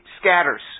scatters